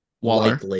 Waller